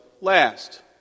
last